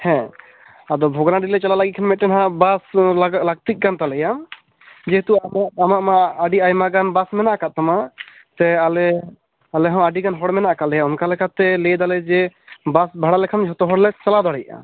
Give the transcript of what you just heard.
ᱦᱮᱸ ᱟᱫᱚ ᱵᱷᱚᱜᱽᱱᱟᱰᱤ ᱞᱮ ᱪᱟᱞᱟ ᱞᱟᱹᱜᱤᱫ ᱠᱷᱟᱱ ᱢᱤᱫᱴᱮᱡ ᱦᱟᱜ ᱵᱟᱥ ᱞᱟᱹᱠᱛᱤ ᱠᱟᱱ ᱛᱟᱞᱮᱭᱟ ᱡᱮᱦᱮᱛᱩ ᱟᱢᱟᱜ ᱟᱢᱟᱜ ᱢᱟ ᱟᱹᱰᱤ ᱟᱭᱢᱟ ᱜᱟᱱ ᱵᱟᱥ ᱢᱮᱱᱟ ᱟᱠᱟᱫ ᱛᱟᱢᱟ ᱥᱮ ᱟᱞᱮ ᱟᱞᱮᱦᱚᱸ ᱟᱹᱰᱤᱜᱟᱱ ᱦᱚᱲ ᱢᱮᱱᱟ ᱟᱠᱟᱫ ᱞᱮᱭᱟ ᱚᱱᱟ ᱞᱮᱠᱟᱛᱮ ᱞᱟᱹᱭ ᱫᱟᱞᱮ ᱡᱮ ᱵᱟᱥ ᱵᱷᱟᱲᱟ ᱞᱮᱠᱷᱟᱱ ᱡᱚᱛᱚ ᱦᱚᱲᱞᱮ ᱪᱟᱞᱟᱣ ᱫᱟᱲᱮᱭᱟᱜᱼᱟ